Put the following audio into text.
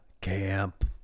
camp